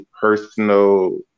personal